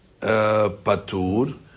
Patur